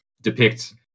depict